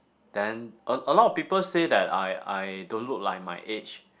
then a a lot of people say that I I don't look like my age